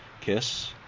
KISS